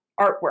artwork